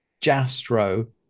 Jastro